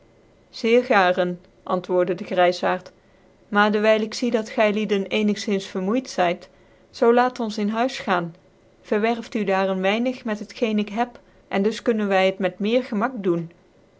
zeer garen antwoordc dc grcisaard maar dewyl ik zie dat gylicjcn eenigzins vermoeit zcid zoo iaat ons in huis gaan ververft u daar een weinig met het geen ik heb en dus kunnen vy het met meer gemak doen